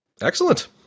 Excellent